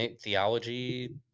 theology